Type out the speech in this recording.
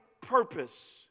purpose